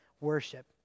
worship